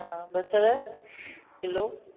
बसर किलो